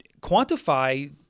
quantify